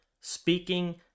speaking